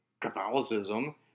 Catholicism